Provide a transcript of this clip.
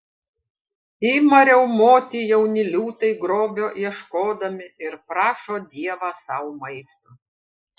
ima riaumoti jauni liūtai grobio ieškodami ir prašo dievą sau maisto